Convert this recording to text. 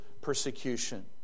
persecution